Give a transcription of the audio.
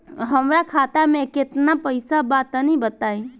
हमरा खाता मे केतना पईसा बा तनि बताईं?